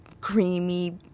creamy